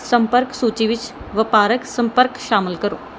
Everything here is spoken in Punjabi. ਸੰਪਰਕ ਸੂਚੀ ਵਿੱਚ ਵਪਾਰਕ ਸੰਪਰਕ ਸ਼ਾਮਲ ਕਰੋ